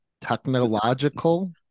technological